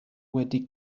wedi